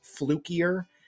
flukier